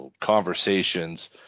conversations